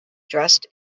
dressed